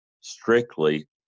strictly